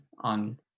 on